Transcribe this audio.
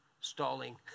stalling